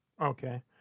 Okay